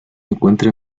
encuentra